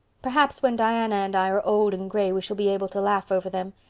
perhaps when diana and i are old and gray we shall be able to laugh over them.